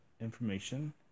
information